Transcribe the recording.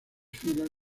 filas